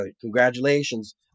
Congratulations